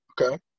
Okay